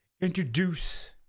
introduce